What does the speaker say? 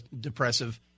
depressive